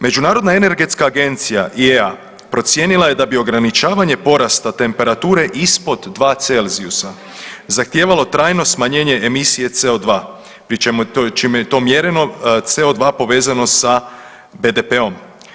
Međunarodna energetska agencija IEA procijenila bi da bi ograničavanja porasta temperature ispod 2 Celzijusa zahtijevalo trajno smanjenje emisije CO2 pri čemu je to, čime je to mjereno CO2 povezano sa BDP-om.